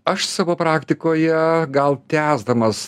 aš savo praktikoje gal tęsdamas